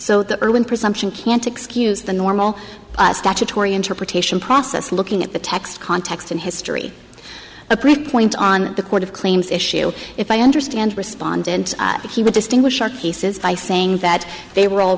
urban presumption can't excuse the normal statutory interpretation process looking at the text context and history a pretty point on the court of claims issue if i understand respondent he would distinguish our cases by saying that they were all